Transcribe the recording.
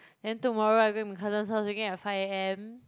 then tomorrow I going my cousin's house again at five a_m